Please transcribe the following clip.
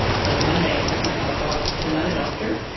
so monday i took myself off to another doctor,